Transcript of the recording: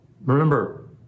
Remember